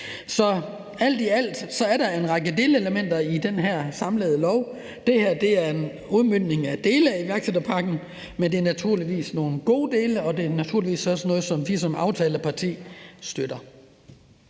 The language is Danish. Så alt i alt er der en række delelementer i det her samlede lovforslag. Det her er en udmøntning af dele af iværksætterpakken, men det er naturligvis nogle gode dele, og det er naturligvis også noget, som vi som aftaleparti støtter.